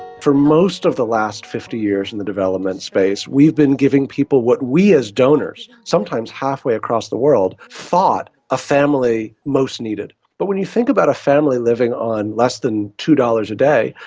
for most of the last fifty years in the development space we've been giving people what we as donors, sometimes halfway across the world, thought a family most needed. but when you think about a family living on less than two dollars a day,